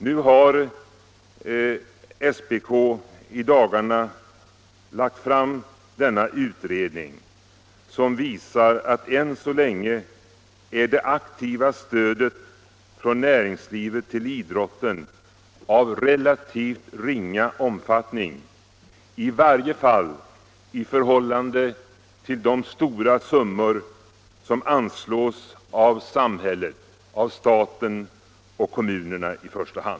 Nu har SPK i dagarna lagt fram denna utredning som visar att än så länge är det aktiva stödet från näringslivet till idrotten av relativt ringa omfattning, i varje fall i förhållande till de stora summor som anslås av samhället, i första hand av staten och kommunerna.